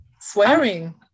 swearing